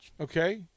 Okay